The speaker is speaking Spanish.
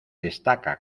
destaca